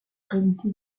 réalité